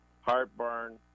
heartburn